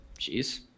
jeez